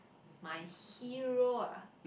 my hero ah